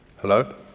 Hello